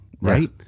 right